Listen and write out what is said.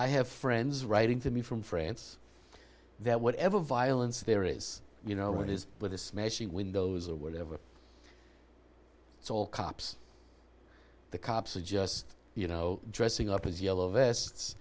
i have friends writing to me from friends that whatever violence there is you know what is with the smashing windows or whatever it's all cops the cops are just you know dressing up as yellow vests